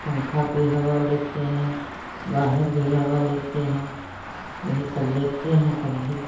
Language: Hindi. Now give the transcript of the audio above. पंखा की हवा लेते हैं बाहर भी हवा लेते हैं यही सब लेते हैं तब भी